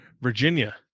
Virginia